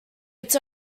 its